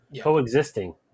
coexisting